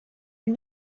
are